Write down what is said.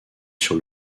sur